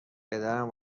پدرم